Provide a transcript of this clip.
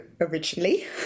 originally